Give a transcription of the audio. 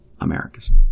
America's